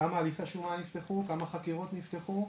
כמה הליכי שומה נפתחו, כמה חקירות נפתחו,